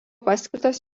paskirtas